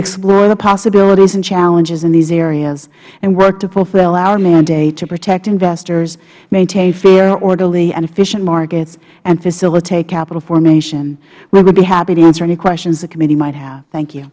explore the possibilities and challenges in these areas and work to fulfill our mandate to protect investors maintain fair orderly and efficient markets and facilitate capital formation we would be happy to answer any questions the committee might have thank you